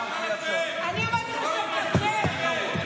אני אמרתי לך שאתה מקרקר?